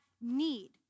need